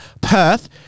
Perth